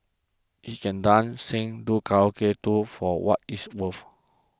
he can dance sing do Karate too for what it's woeful